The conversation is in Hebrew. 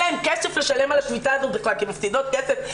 להן כסף עכשיו לשלם על השביתה הזו כי הן מפסידות כסף,